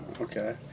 Okay